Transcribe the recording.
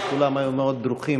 וכולם היו מאוד דרוכים.